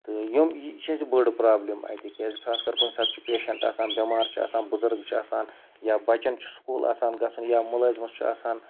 تہٕ یِم یہِ یہِ چھِ اَسہِ بٔڑ پرٛابلِم اَتہِ کیٛازِ خاص کَر کُنہِ ساتہٕ چھُ پیشَںٛٹ آسان بٮ۪مار چھُ آسان بُزرٕگ چھُ آسان یا بَچَن چھِ سکوٗل آسان گژھُن یا مُلٲزمَس چھُ آسان